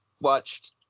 watched